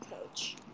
coach